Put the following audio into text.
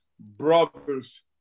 Brothers